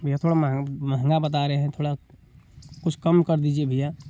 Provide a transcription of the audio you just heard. भैया थोड़ा महँ महँगा बता रहे हैं थोड़ा कुछ कम कर दीजिए भैया